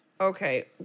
Okay